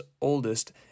oldest